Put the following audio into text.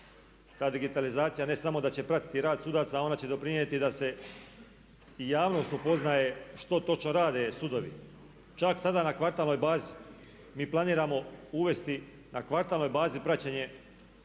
Ta digitalizacija ne samo da će pratiti rad sudaca ona će doprinijeti da se i javnost upoznaje što točno rade sudovi. Čak sada na kvartalnoj bazi mi planiramo uvesti na kvartalnoj bazi praćenje